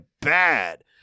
bad